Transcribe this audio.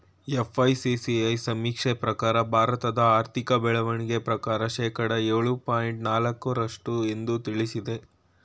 FICCI ಸಮೀಕ್ಷೆ ಪ್ರಕಾರ ಭಾರತದ ಆರ್ಥಿಕ ಬೆಳವಣಿಗೆ ಪ್ರಕಾರ ಶೇಕಡ ಏಳು ಪಾಯಿಂಟ್ ನಾಲಕ್ಕು ರಷ್ಟು ಎಂದು ತಿಳಿಸಿದೆ